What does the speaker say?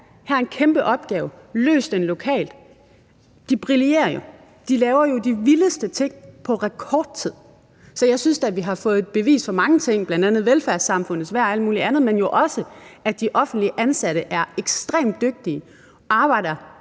her er en kæmpe opgave – løs den lokalt. Og de brillerer; de laver jo de vildeste ting på rekordtid. Så jeg synes da, at vi har fået bevis for mange ting, bl.a. velfærdssamfundets værd og alt muligt andet, men jo også, at de offentligt ansatte er ekstremt dygtige og arbejder